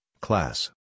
class